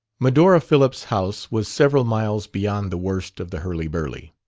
medora phillips' house was several miles beyond the worst of the hurly-burly.